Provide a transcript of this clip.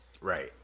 Right